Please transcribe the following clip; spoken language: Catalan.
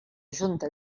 junta